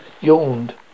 yawned